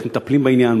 איך מטפלים בעניין,